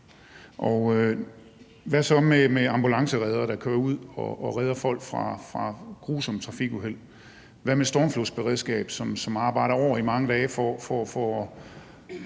Hvad så med ambulancereddere, der kører ud og redder folk fra grusomme trafikuheld? Hvad med medarbejderne i stormflodsberedskabet, som arbejder over i mange dage for at